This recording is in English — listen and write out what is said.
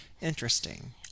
Interesting